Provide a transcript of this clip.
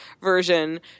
version